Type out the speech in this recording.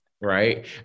Right